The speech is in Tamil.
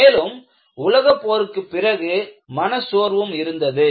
மேலும் உலகப் போருக்குப் பிறகு மனச்சோர்வும் இருந்தது